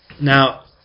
Now